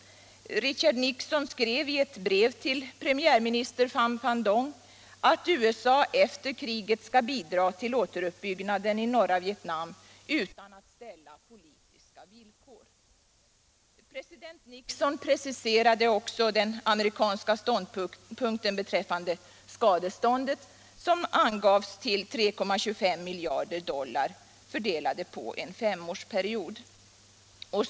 Richard Nixon skrev i ett brev till premiärminister Pham Van Dong att USA efter kriget skall bidra till återuppbyggnaden i norra Vietnam utan att ställa politiska villkor. President Nixon preciserade också den amerikanska ståndpunkten beträffande skadeståndet, som angavs till 3,25 miljarder dollar fördelade på en femårsperiod.